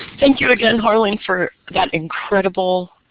thank you again harlan for that incredible,